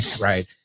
right